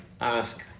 ask